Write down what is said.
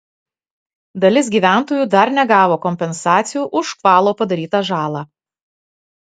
dalis gyventojų dar negavo kompensacijų už škvalo padarytą žalą